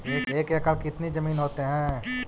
एक एकड़ खेत कितनी जमीन होते हैं?